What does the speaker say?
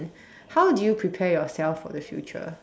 how do you prepare yourself for the future